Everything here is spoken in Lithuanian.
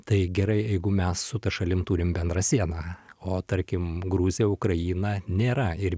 tai gerai jeigu mes su ta šalim turim bendrą sieną o tarkim gruzija ukraina nėra ir